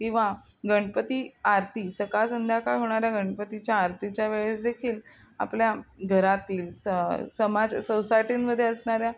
किंवा गणपती आरती सकाळ संध्याकाळ होणाऱ्या गणपतीच्या आरतीच्या वेळेस देखील आपल्या घरातील स समाज सोसायटींमध्ये असणाऱ्या